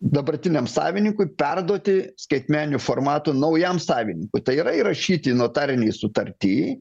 dabartiniam savininkui perduoti skaitmeniniu formatu naujam savininkui tai yra įrašyti notarinėj sutartyj